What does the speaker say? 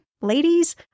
ladies